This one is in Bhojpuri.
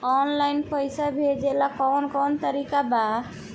आनलाइन पइसा भेजेला कवन कवन तरीका बा?